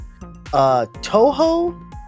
toho